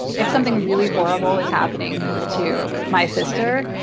if something really horrible is happening to my sister,